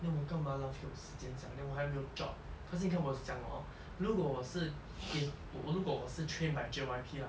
then 我干嘛浪费我时间 then 我还没有 job 可是你看我想 hor 如果我是 if 如果我是 train by J_Y_P ah